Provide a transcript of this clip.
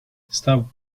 stop